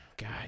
God